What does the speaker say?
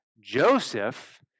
Joseph